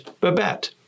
Babette